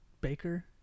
Baker